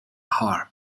هارپ